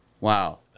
Wow